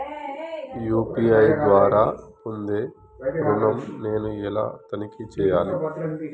UPI ద్వారా పొందే ఋణం నేను ఎలా తనిఖీ చేయాలి?